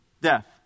death